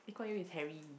Lee Kuan Yew is Harry